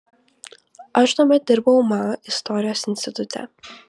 aš tuomet dirbau ma istorijos institute